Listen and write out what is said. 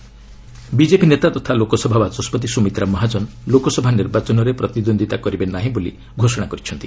Sumitra Mahajan BJP ନେତା ତଥା ଲୋକସଭା ବାଚସ୍କତି ସୁମିତ୍ରା ମହାଜନ ଲୋକସଭା ନିର୍ବାଚନରେ ପ୍ରତିଦ୍ୱନ୍ଦ୍ୱିତା କରିବେ ନାହିଁ ବୋଲି ଘୋଷଣା କରିଛନ୍ତି